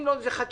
אם לא זה חקיקה.